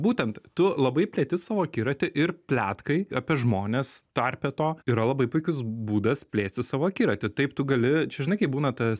būtent tu labai plėti savo akiratį ir pletkai apie žmones tarpe to yra labai puikus būdas plėsti savo akiratį taip tu gali čia žinai kaip būna tas